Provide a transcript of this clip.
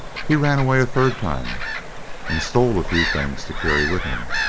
he ran away a third time and stole a few things to carry with him.